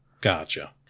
gotcha